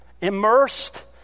immersed